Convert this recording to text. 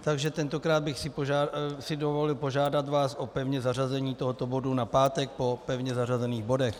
Takže tentokrát bych si dovolil požádat vás o pevné zařazení tohoto bodu na pátek po pevně zařazených bodech.